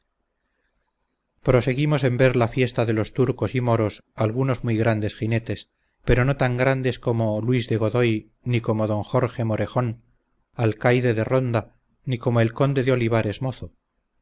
callo proseguimos en ver en la fiesta de los turcos y moros algunos muy grandes jinetes pero no tan grandes como don luis de godoy ni como don jorge morejón alcaide de ronda ni como el conde de olivares mozo